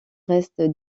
reste